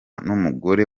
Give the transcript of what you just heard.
numugore